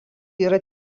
yra